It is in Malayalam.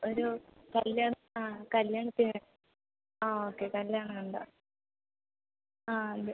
ഒരു കല്ല്യാണം ആ കല്ല്യാണത്തിന് ആ ഓക്കെ കല്ല്യാണം ഉണ്ട് ആ ഇത്